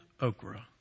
okra